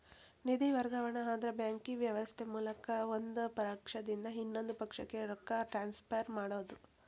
ನಿಧಿ ವರ್ಗಾವಣೆ ಅಂದ್ರ ಬ್ಯಾಂಕಿಂಗ್ ವ್ಯವಸ್ಥೆ ಮೂಲಕ ಒಂದ್ ಪಕ್ಷದಿಂದ ಇನ್ನೊಂದ್ ಪಕ್ಷಕ್ಕ ರೊಕ್ಕ ಟ್ರಾನ್ಸ್ಫರ್ ಮಾಡೋದ್